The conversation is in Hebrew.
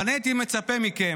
אני הייתי מצפה מכם,